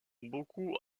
beaucoup